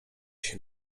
się